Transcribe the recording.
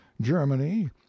Germany